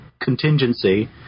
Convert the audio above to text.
contingency